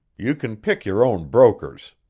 you can pick your own brokers.